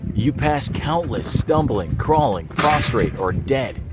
you pass countless stumbling, crawling, prostrate, or dead.